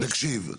תקשיב,